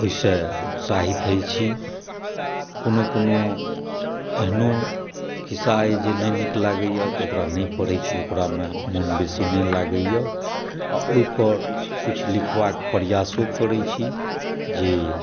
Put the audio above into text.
ओहिसँ उत्साहित होइ छी कोनो कोनो एहनो खीस्सा अइ जे नहि नीक लागैया तऽ ओकरा नहि पढ़ै छी ओकरा मे मोन बेसी नहि लागैया आ ओहिपर किछु लिखबाके प्रयासो करै छी जे